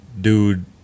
dude